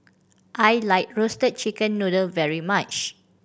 I like Roasted Chicken Noodle very much